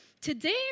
Today